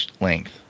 length